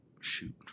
shoot